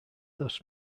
thus